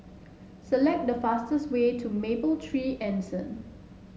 select the fastest way to Mapletree Anson